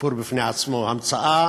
סיפור בפני עצמו, המצאה